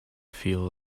feel